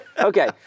Okay